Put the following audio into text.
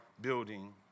building